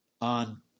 on